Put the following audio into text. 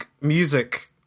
music